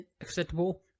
acceptable